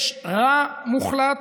ויש רע מוחלט.